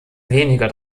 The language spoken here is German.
weniger